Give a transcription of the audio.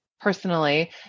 personally